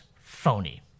phony